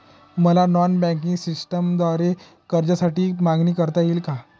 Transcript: मला non banking सिस्टमद्वारे कर्जासाठी मागणी करता येईल का?